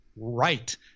right